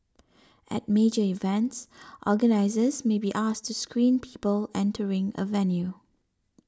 at major events organisers may be asked to screen people entering a venue